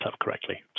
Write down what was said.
correctly